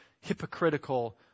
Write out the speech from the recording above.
hypocritical